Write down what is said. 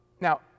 Now